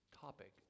topic